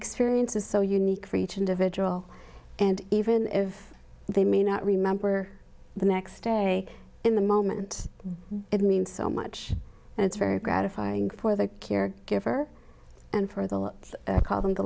experience is so unique for each individual and even if they may not remember the next day in the moment it means so much and it's very gratifying for the care giver and for the